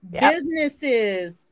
businesses